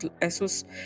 esos